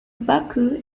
baku